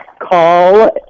Call